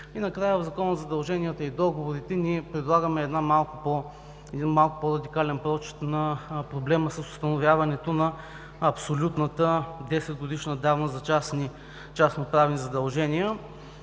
И накрая, в Закона за задълженията и договорите ние предлагаме един малко по-радикален прочит на проблема с установяването на абсолютната 10-годишна давност за частно-правни задължения.